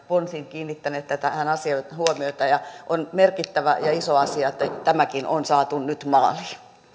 ponsin kiinnittäneet tähän asiaan huomiota ja on merkittävä ja iso asia että että tämäkin on saatu nyt maaliin